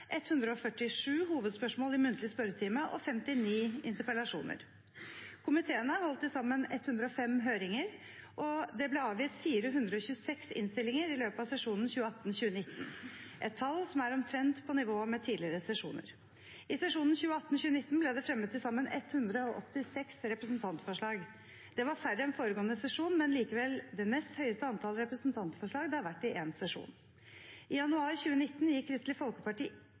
147 hovedspørsmål i muntlig spørretime og 59 interpellasjoner. Komiteene har holdt til sammen 105 høringer, og det ble avgitt 426 innstillinger i løpet av sesjonen 2018–2019 – et tall som er omtrent på nivå med tidligere sesjoner. I sesjonen 2018–2019 ble det fremmet til sammen 186 representantforslag. Det var færre enn foregående sesjon, men likevel det nest høyeste antall representantforslag det har vært i en sesjon. I januar 2019 gikk Kristelig Folkeparti